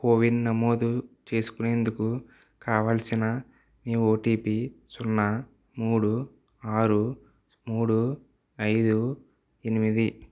CoWIN నమోదు చేసుకునేందుకు కావలసిన మీ ఓటిపి సున్నా మూడు ఆరు మూడు ఐదు ఎనిమిది